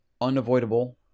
unavoidable